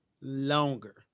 longer